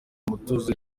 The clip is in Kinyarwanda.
umutuzo